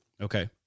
Okay